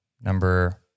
Number